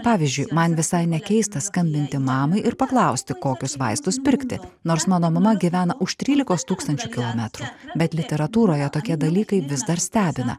pavyzdžiui man visai nekeista skambinti mamai ir paklausti kokius vaistus pirkti nors mano mama gyvena už trylikos tūkstančių kilometrų bet literatūroje tokie dalykai vis dar stebina